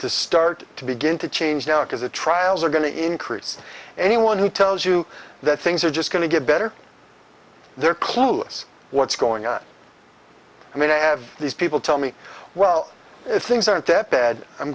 to start to begin to change now because the trials are going to increase anyone who tells you that things are just going to get better they're clueless what's going on i mean i have these people tell me well it's things aren't that bad i'm